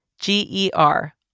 G-E-R